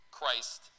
Christ